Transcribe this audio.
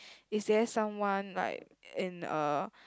is there someone like in uh